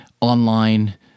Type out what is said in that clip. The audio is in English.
online